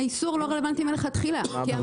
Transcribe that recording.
האיסור לא רלוונטי מלכתחילה -- לא